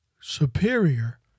Superior